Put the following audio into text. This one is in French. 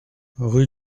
rue